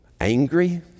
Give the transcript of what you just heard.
angry